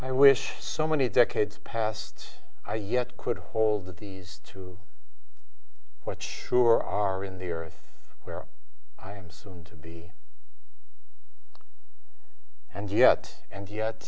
i wish so many decades past i yet could hold these to what sure are in the earth where i am soon to be and yet and yet